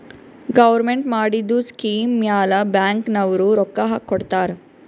government ಮಾಡಿದು scheme ಮ್ಯಾಲ bank ನವ್ರು ರೊಕ್ಕಾ ಕೊಡ್ತಾರ್